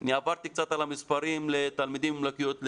אני עברתי קצת על המספרים לתלמידים עם לקויות למידה.